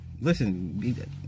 listen